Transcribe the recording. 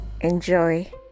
Enjoy